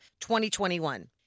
2021